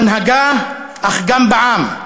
בהנהגה, אך גם בעם.